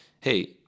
hey